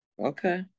Okay